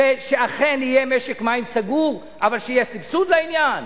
ושאכן יהיה משק מים סגור, אבל שיהיה סבסוד לעניין?